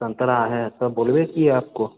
संतरा है सब बोले किए आपको